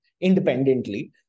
independently